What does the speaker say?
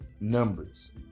numbers